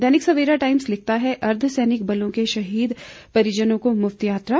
दैनिक Savera Times लिखता है अर्धसैनिक बलों के शहीद परिजनों को मुफ्त यात्रा